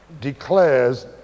declares